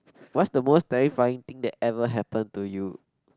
what's the most terrifying thing that ever happen to you